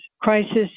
crisis